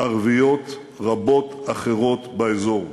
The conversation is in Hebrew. ערביות רבות אחרות באזור.